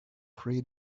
three